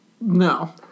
No